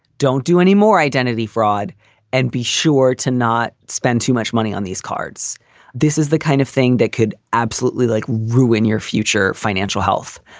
don't do any more identity fraud and be sure to not spend too much money on these cards this is the kind of thing that could absolutely like ruin your future financial health.